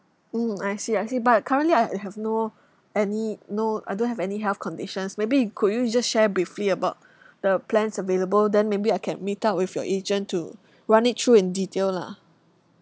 mm I see I see but currently I uh have no any no I don't have any health conditions maybe could you just share briefly about the plans available then maybe I can meet up with your agent to run it through in detail lah